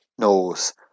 knows